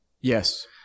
Yes